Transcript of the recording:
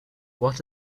what